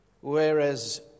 whereas